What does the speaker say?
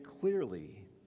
clearly